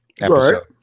episode